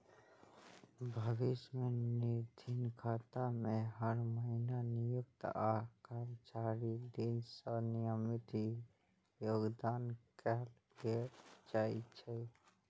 भविष्य निधि खाता मे हर महीना नियोक्ता आ कर्मचारी दिस सं नियमित योगदान कैल जाइ छै